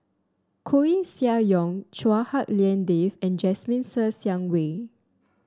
Koeh Sia Yong Chua Hak Lien Dave and Jasmine Ser Xiang Wei